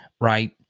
right